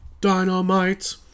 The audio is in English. dynamite